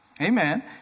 Amen